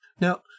Now